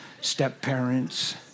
step-parents